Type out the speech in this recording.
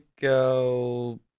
go